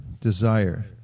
desire